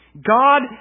God